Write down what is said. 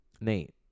Nate